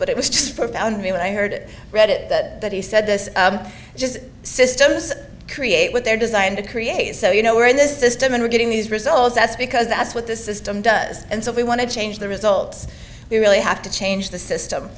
but it was just for me when i heard read it that he said this just systems create what they're designed to create so you know we're in this system and we're getting these results that's because that's what the system does and so if we want to change the results we really have to change the system